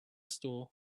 store